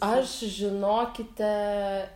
aš žinokite